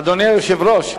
אדוני היושב-ראש.